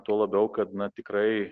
tuo labiau kad na tikrai